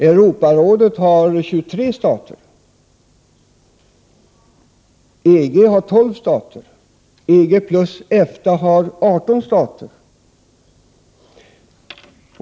Europarådet omfattar 23 stater, EG 12 stater, EG plus EFTA 18 stater.